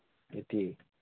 eighty